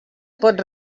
pot